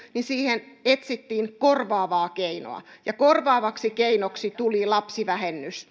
niin siihen etsittiin korvaavaa keinoa ja korvaavaksi keinoksi tuli lapsivähennys